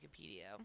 Wikipedia